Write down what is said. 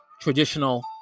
traditional